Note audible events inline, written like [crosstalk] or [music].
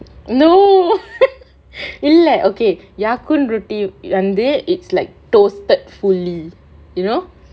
no [laughs] இல்ல:illa okay ya kun roti வந்து:vanthu is like toasted fully you know